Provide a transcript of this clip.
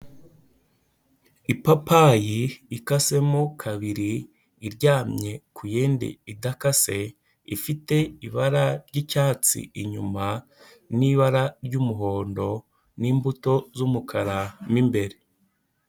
Ipapayi ikasemo kabiri iryamye ku yindi idakase, ifite ibara ry'icyatsi inyuma n'ibara ry'umuhondo n'imbuto z'umukara mo imbere.